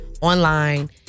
Online